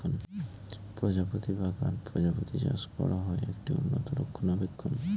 প্রজাপতি বাগান প্রজাপতি চাষ করা হয়, একটি উন্নত রক্ষণাবেক্ষণ